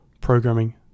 programming